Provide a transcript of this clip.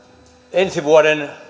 ensi vuoden